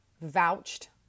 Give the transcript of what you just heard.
vouched